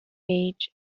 age